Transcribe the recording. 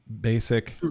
basic